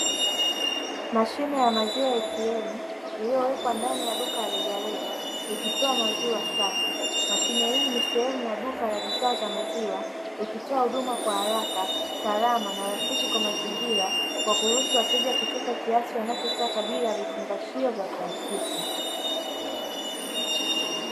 Mashine ya maziwa atm iliyowekwa ndani ya duka rejareja ikitoa maziwa safi. Mashine hii ni sehemu ya duka la bidhaa za maziwa ikitoa huduma kwa haraka, salama na rafiki kwa mazingira; kwa kuruhusu wateja kuchota kiasi wanachotaka bila vifungashio vya plastiki.